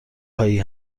هایی